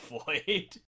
avoid